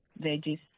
veggies